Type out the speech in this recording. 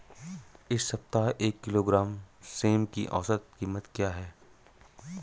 इस सप्ताह एक किलोग्राम सेम की औसत कीमत क्या है?